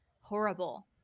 horrible